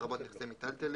לרבות נכסי מיטלטלין,